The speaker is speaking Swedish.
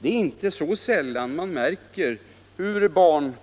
Det är inte så sällan man märker hur barn